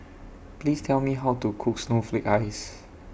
Please Tell Me How to Cook Snowflake Ice